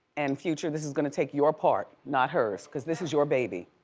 and future, this is gonna take your part, not hers cause this is your baby.